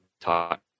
taught